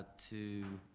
to